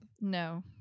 No